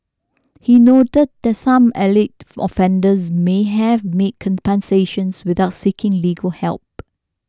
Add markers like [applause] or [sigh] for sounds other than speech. he noted that some alleged [noise] offenders may have made compensations without seeking legal help